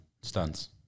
Stunts